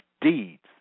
deeds